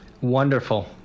Wonderful